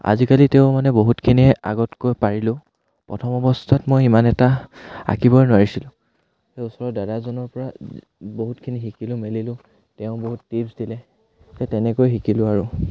আজিকালি তেও মানে বহুতখিনিয়ে আগতকৈ পাৰিলোঁ প্ৰথম অৱস্থাত মই ইমান এটা আঁকিবই নোৱাৰিছিলোঁ সেই ওচৰৰ দাদাজনৰ পৰা বহুতখিনি শিকিলোঁ মেলিলোঁ তেওঁ বহুত টিপছ্ দিলে সেই তেনেকৈ শিকিলোঁ আৰু